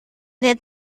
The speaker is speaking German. der